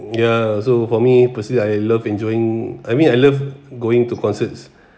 ya so for me personally I love enjoying I mean I love going to concerts